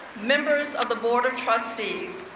members of the board of trustees,